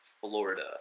Florida